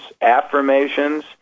affirmations